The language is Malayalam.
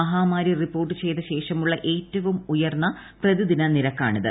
മൃഹാമാരി റിപ്പോർട്ട് ചെയ്ത ശേഷമുള്ള ഏറ്റവും ഉയർന്ന പ്രതിദിന നിരക്കാണിത്